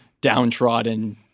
downtrodden